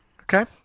Okay